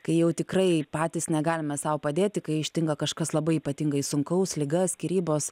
kai jau tikrai patys negalime sau padėti kai ištinka kažkas labai ypatingai sunkaus liga skyrybos